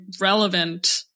relevant